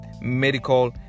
medical